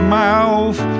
mouth